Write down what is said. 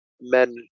men